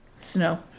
Snow